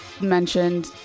mentioned